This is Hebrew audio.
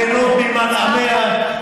תהיה לכם זכות גדולה ליהנות ממנעמיה.